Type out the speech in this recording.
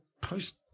post